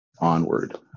onward